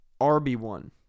RB1